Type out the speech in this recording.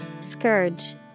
Scourge